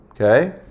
Okay